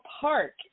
park